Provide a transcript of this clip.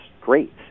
great